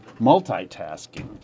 multitasking